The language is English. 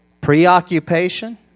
preoccupation